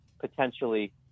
potentially